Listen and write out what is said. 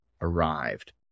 arrived